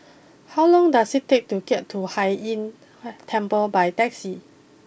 how long does it take to get to Hai Inn Temple by taxi